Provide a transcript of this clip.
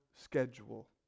schedule